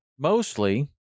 Mostly